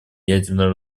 ядерное